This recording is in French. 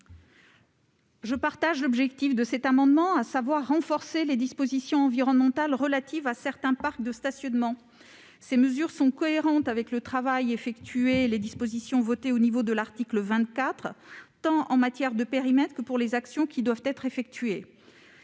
Je partage votre objectif, mon cher collègue, à savoir renforcer les dispositions environnementales relatives à certains parcs de stationnement. Ces mesures sont cohérentes avec le travail effectué et les modifications adoptées à l'article 24, en matière de périmètre comme pour les actions qui doivent être effectuées.